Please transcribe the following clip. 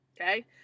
Okay